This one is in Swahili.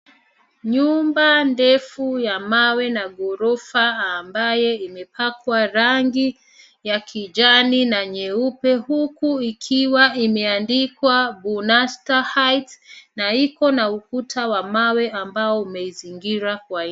Nyumba ndefu ya mawe na ghorofa ambayo imepangwa rangi ya kijani na nyeupe huku ikiwa imeandikwa, bonasta heights na ikona na ukuta wa mawe ambao umeizungira kwa nje.